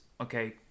okay